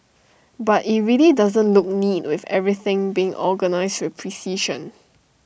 but IT really doesn't look neat with everything being organised with precision